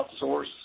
outsource